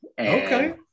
Okay